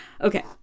okay